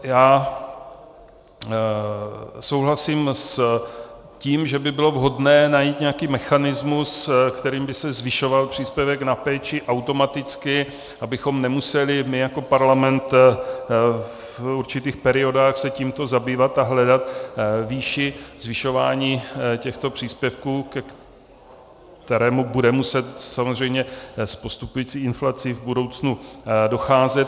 Já souhlasím s tím, že by bylo vhodné najít nějaký mechanismus, kterým by se zvyšoval příspěvek na péči automaticky, abychom se nemuseli my jako parlament v určitých periodách tímto zabývat a hledat výši zvyšování těchto příspěvků, ke kterému bude muset samozřejmě s postupující inflací v budoucnu docházet.